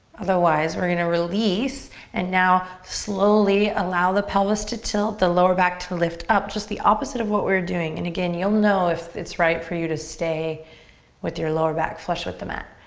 otherwise, we're gonna release and now slowly allow the pelvis to tilt, the lower back to lift up. just the opposite of what we were doing. and again, you'll know if it's right for you to stay with your lower back flush with the mat.